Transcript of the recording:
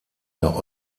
der